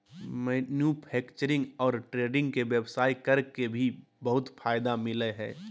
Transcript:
manufacturing और trading के व्यवसाय कर के भी बहुत फायदा मिलय हइ